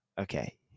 Okay